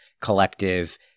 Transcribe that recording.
collective